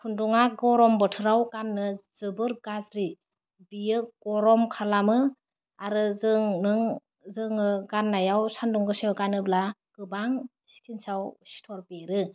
खुन्दुंआ गरम बोथोराव गान्नो जोबोर गाज्रि बियो गरम खालामो आरो जों नों जोङो गान्नायाव सान्दुं गोसायाव गानोब्ला गोबां स्किनआव सिथर बेरो